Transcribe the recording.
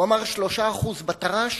הוא אמר 3% בתר"ש,